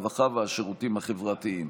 הרווחה והשירותים החברתיים,